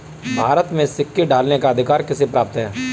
भारत में सिक्के ढालने का अधिकार किसे प्राप्त है?